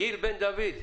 גיל בן דוד,